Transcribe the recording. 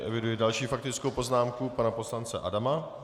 Eviduji další faktickou poznámku pana poslance Adama.